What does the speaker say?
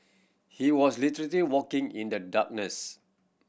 he was literally walking in the darkness